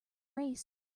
race